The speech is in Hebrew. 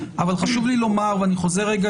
אבל חשוב לי לומר ואני חוזר רגע